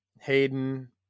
Hayden